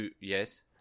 Yes